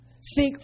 Seek